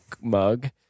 mug